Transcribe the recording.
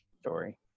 story